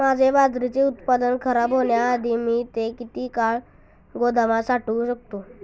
माझे बाजरीचे उत्पादन खराब होण्याआधी मी ते किती काळ गोदामात साठवू शकतो?